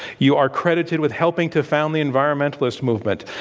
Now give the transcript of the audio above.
you are credited with helping to found the environmentalist movement.